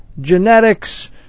Genetics